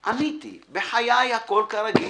/ עניתי: בחיי הכול כרגיל.